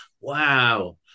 wow